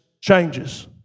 changes